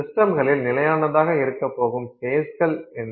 சிஸ்டமில் நிலையானதாக இருக்கப் போகும் ஃபேஸ்கள் என்ன